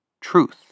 truth